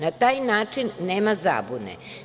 Na taj način nema zabune.